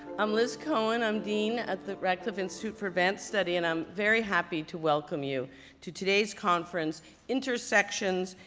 i'm liz cohen. i'm dean at the radcliffe institute for advanced study. and i'm very happy to welcome you to today's conference intersections,